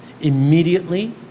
immediately